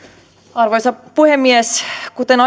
arvoisa puhemies kuten